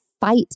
fight